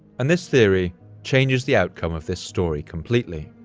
and this theory changes the outcome of this story completely.